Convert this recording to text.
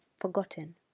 forgotten